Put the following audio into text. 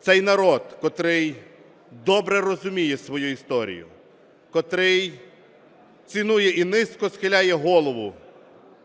цей народ, котрий добре розуміє свою історію, котрий цінує і низько схиляє голову